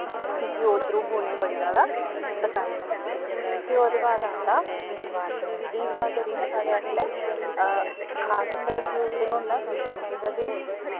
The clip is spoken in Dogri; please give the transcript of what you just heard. क्योंकि ओह् द्रुब्ब उनें ई बड़ी जादा पसंद होंदी ऐ फ्ही ओह्दे बाद आंदा बीरबार दा दिन बीरार दा दिन साढ़े आस्तै खास होंदा क्योंकि उस दिन होंदा बिश्णु जी दा दिन